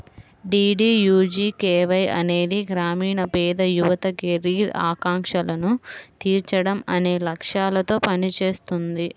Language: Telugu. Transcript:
డీడీయూజీకేవై అనేది గ్రామీణ పేద యువత కెరీర్ ఆకాంక్షలను తీర్చడం అనే లక్ష్యాలతో పనిచేస్తుంది